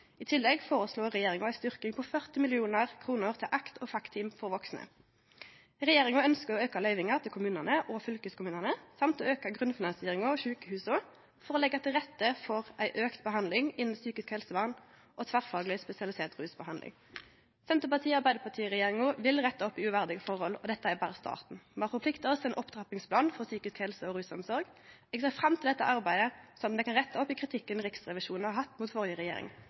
tillegg føreslår regjeringa ei styrking på 40 mill. kr til ACT- og FACT-team for vaksne. Regjeringa ønskjer å auke løyvinga til kommunane og fylkeskommunane og å auke grunnfinansieringa av sjukehusa for å leggje til rette for meir behandling innan psykisk helsevern og tverrfagleg spesialisert rusbehandling. Arbeidarparti–Senterparti-regjeringa vil rette opp i uverdige forhold, og dette er berre starten. Me har forplikta oss til ein opptrappingsplan for psykisk helse og rusomsorg. Eg ser fram til dette arbeidet, sånn at me kan rette opp i kritikken Riksrevisjonen hadde mot